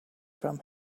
from